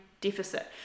deficit